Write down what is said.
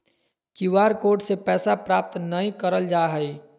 Q R code से पैसा प्राप्त नयय करल जा हइ